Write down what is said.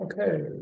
Okay